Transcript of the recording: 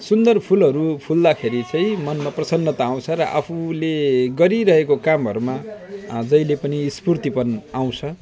सुन्दर फुलहरू फुल्दाखेरि चाहिँ मनमा प्रशन्नता आउँछ र आफुले गरिरहेको कामहरूमा जहिले पनि स्फूर्तिपन आउँछ